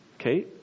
Okay